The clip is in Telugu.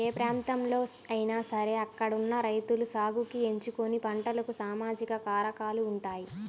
ఏ ప్రాంతంలో అయినా సరే అక్కడున్న రైతులు సాగుకి ఎంచుకున్న పంటలకు సామాజిక కారకాలు ఉంటాయి